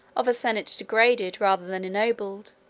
of a senate degraded, rather than ennobled,